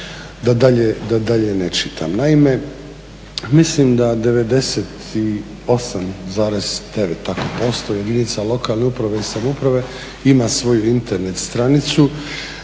da dalje ne čitam. Naime, mislim da 98,9% jedinica lokalne uprave i samouprave ima svoju Internet stranicu.